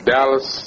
Dallas